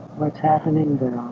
what's happening bill?